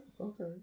Okay